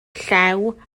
llew